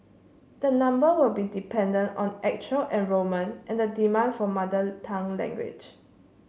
the number will be dependent on actual enrolment and the demand for mother tongue language